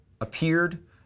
appeared